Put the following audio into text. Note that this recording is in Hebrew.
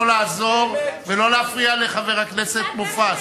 לא לעזור ולא להפריע לחבר הכנסת מופז.